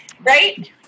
right